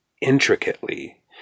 intricately